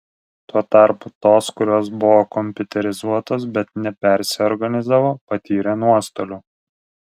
tuo tarpu tos kurios buvo kompiuterizuotos bet nepersiorganizavo patyrė nuostolių